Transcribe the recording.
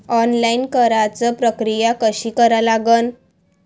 Online कराच प्रक्रिया कशी करा लागन?